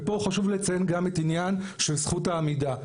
ופה חשוב לציין גם את עניין של זכות העמידה,